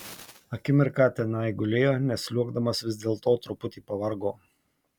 akimirką tenai gulėjo nes sliuogdamas vis dėlto truputį pavargo